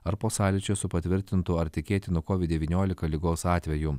ar po sąlyčio su patvirtintu ar tikėtinu covid devyniolika ligos atveju